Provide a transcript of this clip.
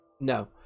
No